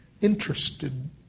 interested